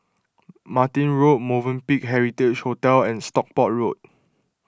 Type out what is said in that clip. Martin Road Movenpick Heritage Hotel and Stockport Road